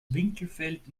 winkelfeld